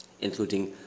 including